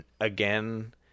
Again